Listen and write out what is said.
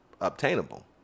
obtainable